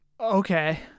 Okay